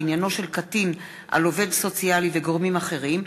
בעניינו של קטין על עובד סוציאלי וגורמים אחרים),